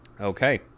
okay